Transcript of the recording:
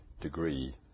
degree